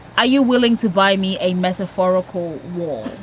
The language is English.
are you willing to buy me a metaphorical war